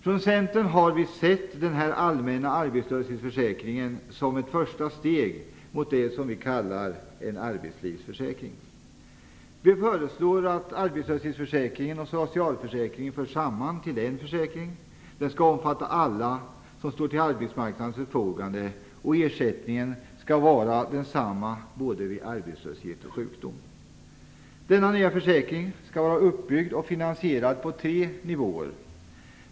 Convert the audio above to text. Från Centern har vi sett den allmänna arbetslöshetsförsäkringen som ett första steg mot vad vi kallar en allmän arbetslivsförsäkring. Vi föreslår att arbetslöshetsförsäkringen och socialförsäkringen förs samman till en försäkring, som omfattar alla som står till arbetsmarknadens förfogande och där ersättningen är densamma både vid arbetslöshet och vid sjukdom. Denna nya försäkring skall vara uppbyggd och finansierad på tre nivåer.